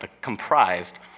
comprised